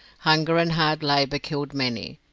hunger and hard labour killed many,